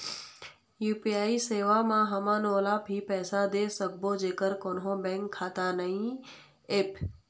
UPI सेवा म हमन ओला भी पैसा दे सकबो जेकर कोन्हो बैंक खाता नई ऐप?